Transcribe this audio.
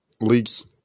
leaks